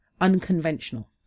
unconventional